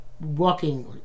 walking